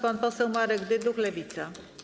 Pan poseł Marek Dyduch, Lewica.